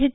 H